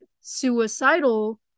suicidal